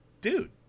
dude